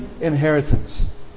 inheritance